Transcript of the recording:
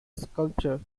sculpture